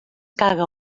caga